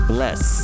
Bless